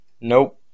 Nope